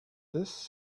this